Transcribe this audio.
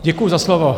Děkuji za slovo.